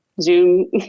zoom